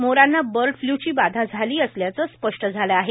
मोरांना bird flu ची बाधा झाली असल्याचे स्पष्ट झाले आहे